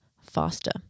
faster